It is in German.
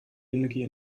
energie